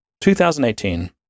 2018